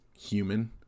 human